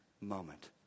moment